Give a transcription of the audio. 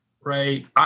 right